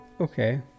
Okay